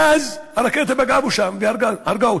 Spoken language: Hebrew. ואז הרקטה פגעה בו שם והרגה אותו,